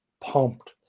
pumped